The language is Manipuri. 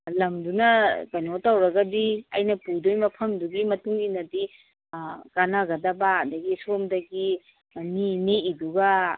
ꯂꯝꯗꯨꯅ ꯀꯩꯅꯣ ꯇꯧꯔꯒꯗꯤ ꯑꯩꯅ ꯄꯨꯗꯨꯏ ꯃꯐꯝꯗꯨꯒꯤ ꯃꯇꯨꯡ ꯏꯟꯅꯗꯤ ꯀꯥꯟꯅꯒꯗꯕ ꯑꯗꯒꯤ ꯁꯣꯝꯗꯒꯤ ꯃꯤ ꯅꯦꯛꯏꯗꯨꯒ